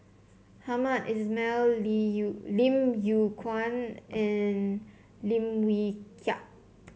Hamed Ismail Yew Lim Yew Kuan and Lim Wee Kiak